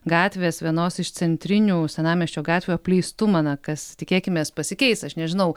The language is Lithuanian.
gatvės vienos iš centrinių senamiesčio gatvių apleistumą na kas tikėkimės pasikeis aš nežinau